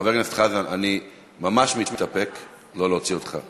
חבר הכנסת חזן, אני ממש מתאפק שלא להוציא אותך.